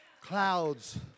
clouds